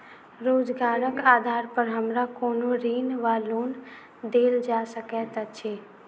रोजगारक आधार पर हमरा कोनो ऋण वा लोन देल जा सकैत अछि?